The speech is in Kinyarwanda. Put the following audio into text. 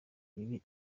ibi